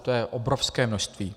To je obrovské množství.